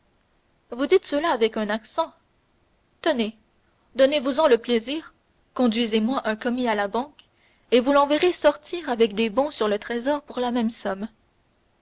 vous dites cela avec un accent tenez donnez vous en le plaisir conduisez mon commis à la banque et vous l'en verrez sortir avec des bons sur le trésor pour la même somme